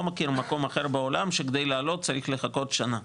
לא מכיר מקום אחר בעולם שכדי לעלות צריך לחכות שנה.